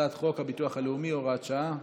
הצעת חוק הביטוח הלאומי (הוראת שעה),